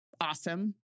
awesome